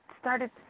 started